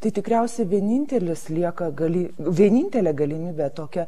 tai tikriausiai vienintelis lieka gali vienintelė galimybė tokia